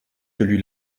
celui